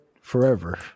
forever